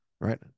right